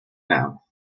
now